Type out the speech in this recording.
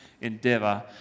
endeavor